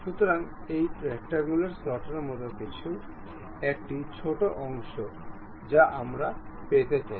সুতরাং একটি রেকটাঙ্গুলার স্লটের মতো কিছু একটি ছোট অংশ যা আমি পেতে চাই